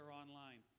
online